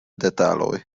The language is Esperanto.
detaloj